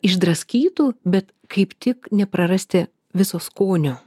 išdraskytų bet kaip tik neprarasti viso skonio